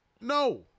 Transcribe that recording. No